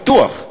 בטוח,